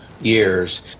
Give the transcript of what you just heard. years